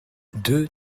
deux